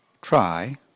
try